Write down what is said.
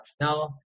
Now